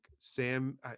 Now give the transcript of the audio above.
Sam